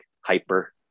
hyper